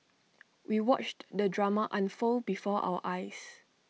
we watched the drama unfold before our eyes